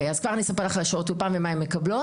כבר אני אספר לך על שעות האולפן ומה הן מקבלות.